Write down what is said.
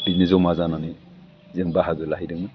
बिदिनो जमा जानानै जों बाहागो लाहैदोंमोन